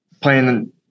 playing